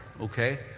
Okay